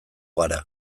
gara